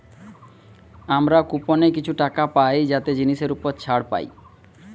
আমরা কুপনে কিছু টাকা পাই যাতে জিনিসের উপর ছাড় পাই